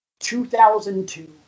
2002